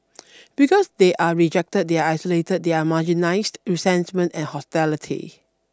because they are rejected they are isolated they are marginalised resentment and hostility